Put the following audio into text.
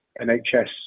nhs